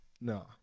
No